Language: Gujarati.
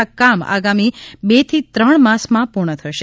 આ કામ આગામી બે થી ત્રણ માસમાં પૂર્ણ થશે